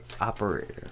operator